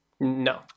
No